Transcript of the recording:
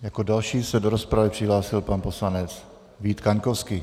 Jako další se do rozpravy přihlásil pan poslanec Vít Kaňkovský.